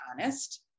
honest